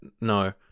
No